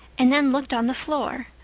and then looked on the floor.